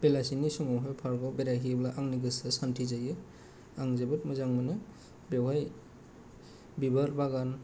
बेलासिनि समावहाय पार्काव बेरायहैयोब्ला आंनि गोसोआ शान्ति जायो आं जोबोद मोजां मोनो बेवहाय बिबार बागान